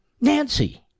Nancy